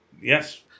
Yes